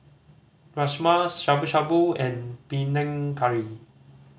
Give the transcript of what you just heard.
Rajma Shabu Shabu and Panang Curry